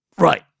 Right